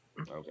Okay